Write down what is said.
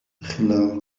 إخلع